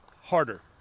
harder